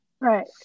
Right